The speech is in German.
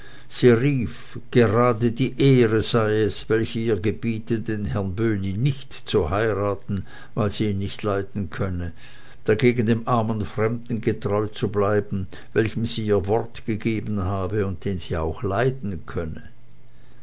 sie rief gerade die ehre sei es welche ihr gebiete den herren böhni nicht zu heiraten weil sie ihn nicht leiden könne dagegen dem armen fremden getreu zu bleiben welchem sie ihr wort gegeben habe und den sie auch leiden könne